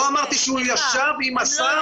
לא אמרתי שהוא ישב עם השר.